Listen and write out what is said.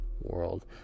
World